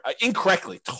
incorrectly